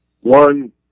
One